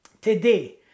Today